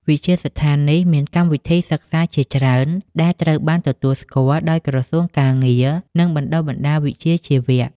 វិទ្យាស្ថាននេះមានកម្មវិធីសិក្សាជាច្រើនដែលត្រូវបានទទួលស្គាល់ដោយក្រសួងការងារនិងបណ្តុះបណ្តាលវិជ្ជាជីវៈ។